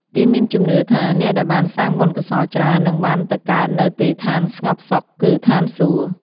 គេមានជំនឿថាអ្នកដែលបានសាងបុណ្យកុសលច្រើន នឹងបានទៅកើតនៅទីឋានស្ងប់សុខ គឺឋានសួគ៍។